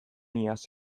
iaz